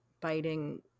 biting